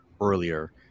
earlier